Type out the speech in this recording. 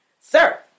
Sir